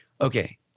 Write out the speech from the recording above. Okay